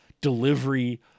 delivery